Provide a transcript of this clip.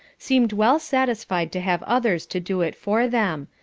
seemed well satisfied to have others to do it for them,